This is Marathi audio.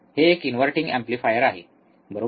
हे एक इन्व्हर्टिंग एम्पलीफायर आहे बरोबर